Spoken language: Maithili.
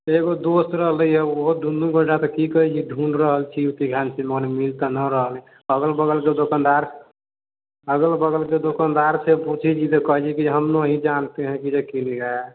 तऽ एकगो दोस्त रहलै हंँ वोहो दुनू गोटा तऽ की कहै छी ढूँढ़ रहलछी मगर मिल तऽ नहि रहल अछि अगल बगलके दोकानदार अगल बगलके दोकानदार से पूछे छी तऽ कहै छै कि हम नही जानते है कि जे के ले गया